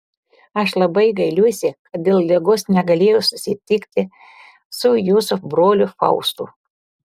aš labai gailiuosi kad dėl ligos negalėjau susitikti su jūsų broliu faustu